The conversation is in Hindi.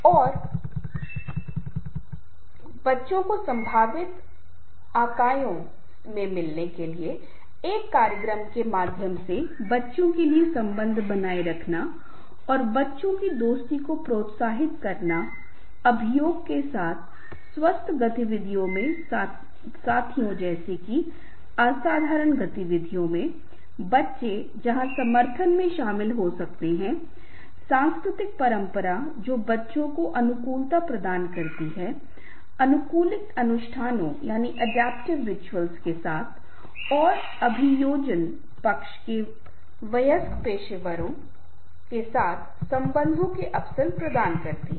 और बच्चों को संभावित आकाओं से मिलाने के लिए एक कार्यक्रम के माध्यम से बच्चों के लिए संबंध बनाए रखना और बच्चों की दोस्ती को प्रोत्साहित करना अभियोग के साथ स्वस्थ गतिविधियों में साथियों जैसे कि असाधारण गतिविधियों में बच्चे जहाँ समर्थन में शामिल हो सकते हैं सांस्कृतिक परंपरा जो बच्चों को अनुकूलता प्रदान करती है अनुकूली अनुष्ठानों के साथ और अभियोजन पक्ष के वयस्क पेशेवरों के साथ बंधनों के अवसर प्रदान करती है